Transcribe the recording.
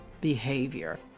behavior